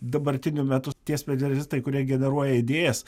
dabartiniu metu tie specialistai kurie generuoja idėjas